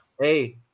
Hey